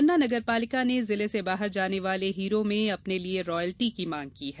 पन्ना नगरपालिका ने जिले से बाहर जाने वाले हीरों में अपने लिए रॉयल्टी की मांग की है